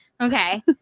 Okay